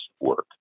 work